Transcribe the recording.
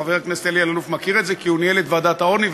חבר הכנסת אלי אלאלוף מכיר את זה כי הוא ניהל את הוועדה למלחמה בעוני,